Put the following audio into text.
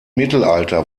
mittelalter